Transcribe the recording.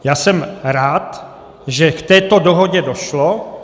Já jsem rád, že k této dohodě došlo.